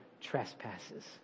trespasses